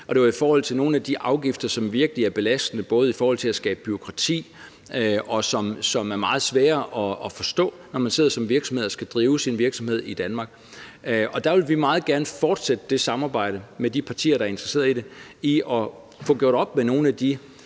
det var i forhold til nogle af de afgifter, som virkelig er belastende i forhold til at skabe bureaukrati, og som er meget svære at forstå, når man sidder og skal drive sin virksomhed i Danmark. Og der vil vi meget gerne fortsætte det samarbejde med de partier, der er interesseret i det, om at få gjort op med nogle af de